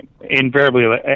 invariably